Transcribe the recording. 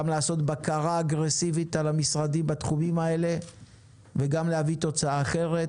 גם לעשות בקרה אגרסיבית על המשרדים בתחומים האלה וגם להביא תוצאה אחרת.